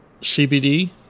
CBD